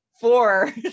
four